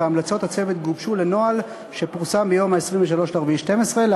והמלצות הצוות גובשו לנוהל שפורסם ביום 23 באפריל 2012,